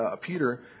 Peter